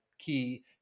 key